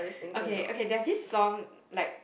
okay okay that this song like